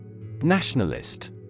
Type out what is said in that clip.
Nationalist